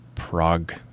Prague